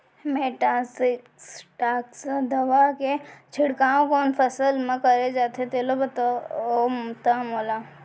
Metasystox दवा के छिड़काव कोन फसल म करे जाथे तेला बताओ त मोला?